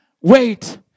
Wait